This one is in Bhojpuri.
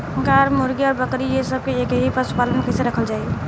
गाय और मुर्गी और बकरी ये सब के एक ही पशुपालन में कइसे रखल जाई?